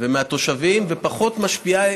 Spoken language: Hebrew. ומהתושבים ופחות משפיעה,